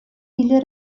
или